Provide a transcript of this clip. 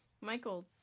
Michael